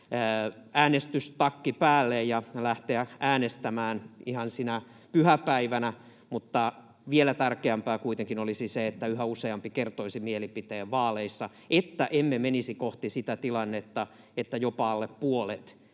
äänestystakki päälle ja lähteä äänestämään ihan sinä pyhäpäivänä, mutta vielä tärkeämpää kuitenkin olisi se, että yhä useampi kertoisi mielipiteensä vaaleissa, niin että emme menisi kohti sitä tilannetta, että jopa alle puolet